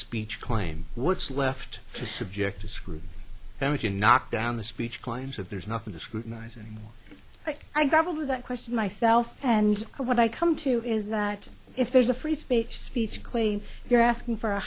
speech claim what's left is subject to scrutiny damaging knock down the speech claims that there's nothing to scrutinize it but i got over that question myself and what i come to is that if there's a free speech speech claim you're asking for a